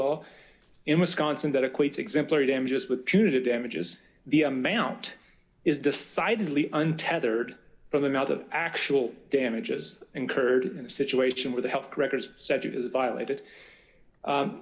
law in wisconsin that equates exemplary damages with punitive damages the amount is decidedly untethered for the amount of actual damages incurred in a situation where the health records set is violated